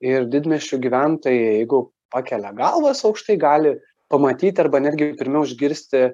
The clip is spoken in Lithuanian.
ir didmiesčių gyventojai jeigu pakelia galvas aukštai gali pamatyti arba netgi pirmiau išgirsti